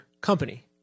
company